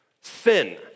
sin